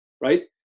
right